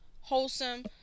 wholesome